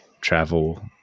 travel